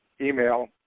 email